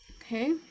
Okay